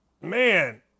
man